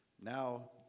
Now